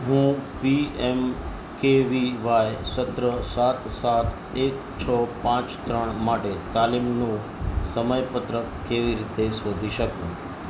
હું પીએમકેવીવાય સત્ર સાત સાત એક છ પાંચ ત્રણ માટે તાલીમનું સમયપત્રક કેવી રીતે શોધી શકું